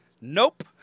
Nope